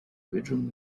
bedroom